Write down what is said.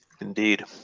Indeed